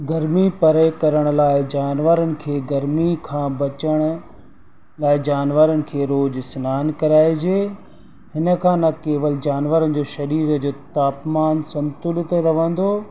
गर्मी परे करण लाइ जानवरनि खे गर्मी खां बचण लाइ जानवरनि खे रोज़ु सनानु कराइजे हिन खां न केवल जानवरनि जो शरीर जो तापमान संतुलित रहंदो